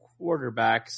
quarterbacks